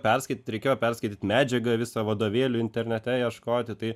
perskaityt reikėjo perskaityt medžiagą visą vadovėlį internete ieškoti tai